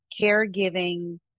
caregiving